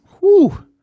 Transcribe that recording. Woo